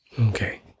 Okay